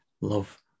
love